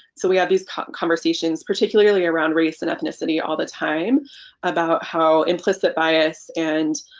so we have these conversations particularly around race and ethnicity all the time about how implicit bias and